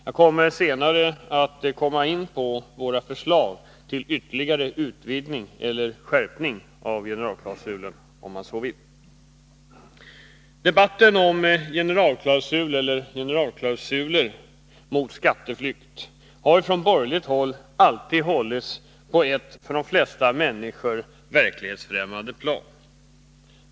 Jag kommer senare att gå in på våra förslag till ytterligare utvidgning eller, om man så vill, skärpning av generalklausulen. Debatten om generalklausul, eller generalklausuler, mot skatteflykt har från borgerligt håll alltid hållits på ett för de flesta människor verklighetsfrämmande plan.